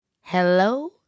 Hello